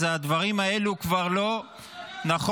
אז הדברים האלו כבר לא --- הוא מהמפלגה שלך.